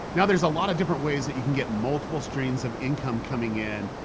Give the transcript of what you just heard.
now there's a lot of different ways that you can get multiple streams of income coming in,